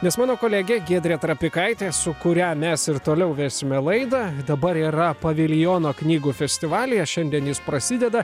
nes mano kolegė giedrė trapikaitė su kuria mes ir toliau vesime laidą dabar yra paviljono knygų festivalyje šiandien jis prasideda